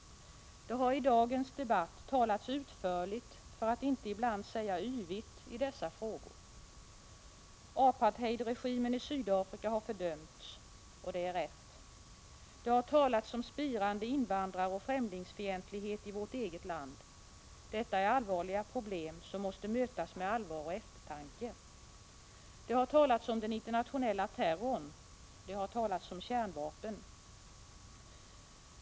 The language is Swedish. Det har i dagens debatt talats utförligt för att inte ibland säga yvigt i dessa frågor. Apartheidregimen i Sydafrika har fördömts, och det är rätt. Det har talats om spirande invandraroch främlingsfientlighet i vårt eget land. Detta är allvarliga problem som måste mötas med allvar och eftertanke. Det har talats om internationell terror och kärnvapen.